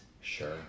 Sure